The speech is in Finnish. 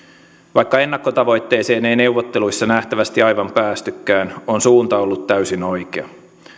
vaikka ennakkotavoitteeseen ei neuvotteluissa nähtävästi aivan päästykään on suunta ollut täysin oikea